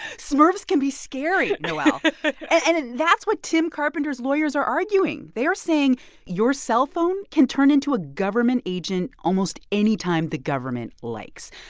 smurfs can be scary, noel and that's what tim carpenter's lawyers are arguing. they are saying your cellphone can turn into a government agent almost any time the government likes,